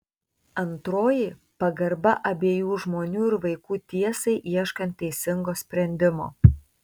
antroji pagarba abiejų žmonių ir vaikų tiesai ieškant teisingo sprendimo